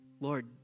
Lord